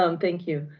um thank you.